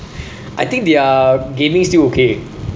I think their gaming still okay